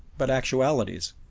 but actualities,